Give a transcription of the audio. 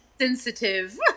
sensitive